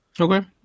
Okay